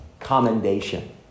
Commendation